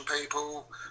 people